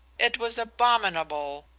it was abominable.